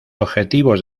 objetivos